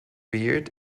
weird